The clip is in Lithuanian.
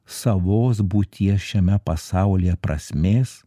savos būties šiame pasaulyje prasmės